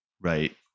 right